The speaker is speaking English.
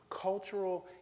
Cultural